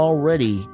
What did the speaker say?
Already